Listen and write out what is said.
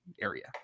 area